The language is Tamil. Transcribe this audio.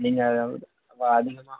நீங்கள் அப்போ அதில்